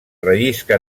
rellisca